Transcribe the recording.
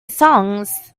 songs